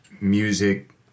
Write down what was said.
music